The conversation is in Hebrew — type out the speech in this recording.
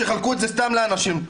שיחלקו את זה סתם לאנשים,